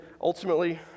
ultimately